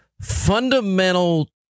fundamental